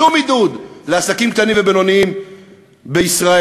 שום עידוד, לעסקים קטנים ובינוניים בישראל.